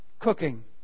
cooking